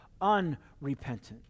unrepentant